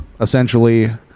essentially